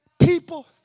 People